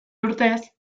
urtez